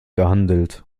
gehandelt